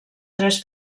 tres